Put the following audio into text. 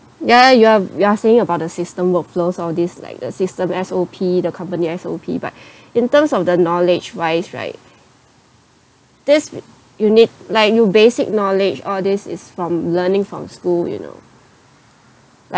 ya you're you are saying about the system workflows all these like the system S_O_P the company S_O_P but in terms of the knowledge-wise right this you need like you basic knowledge all these is from learning from school you know like